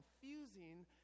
confusing